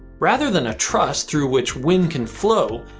rather than a truss through which wind can flow,